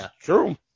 true